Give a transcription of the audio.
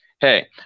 Hey